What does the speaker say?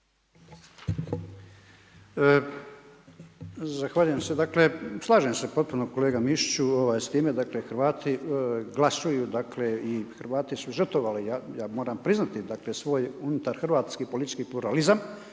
Zahvaljujem se. Dakle, slažem se potpuno kolega Mišiću, s time, dakle, Hrvati glasuju, dakle i Hrvati su žrtvovali i ja moram priznati, dakle, svoj unutar hrvatski politički pluralizam,